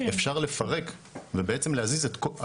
אפשר לפרק ובעצם להזיז את כל,